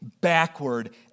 backward